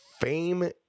fame